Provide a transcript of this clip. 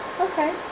Okay